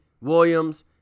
Williams